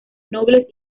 nobles